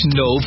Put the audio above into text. no